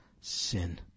sin